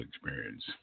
experience